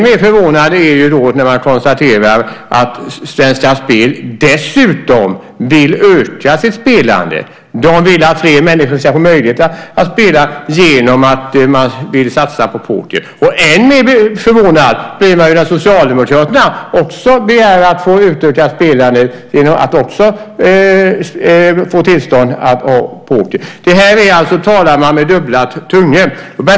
Mer förvånad blir man när man konstaterar att Svenska Spel dessutom vill öka spelandet. De vill att fler människor ska få möjlighet att spela genom att de vill satsa på poker. Än mer förvånad blir man när Socialdemokraterna också begär att få utöka spelandet och få tillstånd för pokerspel. Här talar man alltså med dubbla tungor.